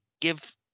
give